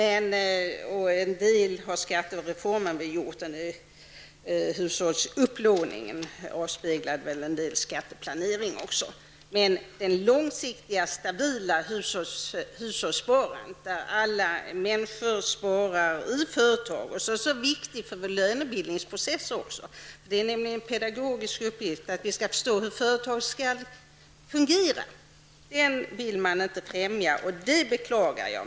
En del har väl skattereformen gjort -- hushållsupplåningen avspeglade väl en del skatteplanering också. Men det långsiktiga, stabila hushållssparandet, där alla människor sparar i företag, vilket är så viktigt för vår lönebildningsprocess -- det är nämligen en pedagogisk uppgift att få folk att förstå hur företag fungerar -- vill man inte främja, och det beklagar jag.